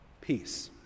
Peace